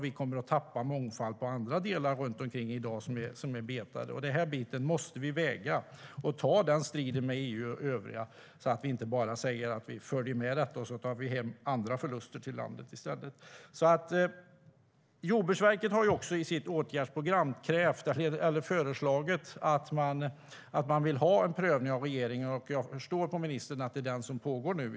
Vi kommer att tappa mångfald på andra delar runt omkring som i dag är betade. Det här måste vi väga, och vi måste ta den striden med EU och övriga så att vi inte bara följer med i detta och tar hem andra förluster till landet i stället. Jordbruksverket har i sitt åtgärdsprogram föreslagit en prövning av regeringen. Jag förstår på ministern att det är den som pågår nu.